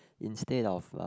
instead of a